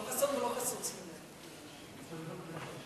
לא חסוֹן ולא חסוּן, שימו לב.